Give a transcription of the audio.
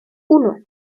uno